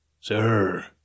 Sir